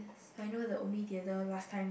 I know the only theater last time